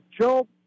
Joe